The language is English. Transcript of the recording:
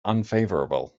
unfavorable